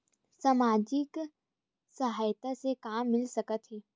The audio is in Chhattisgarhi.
सामाजिक सहायता से का मिल सकत हे?